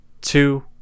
two